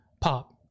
Pop